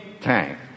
tank